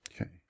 Okay